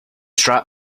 strap